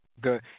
Good